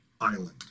Island